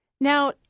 Now